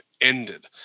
ended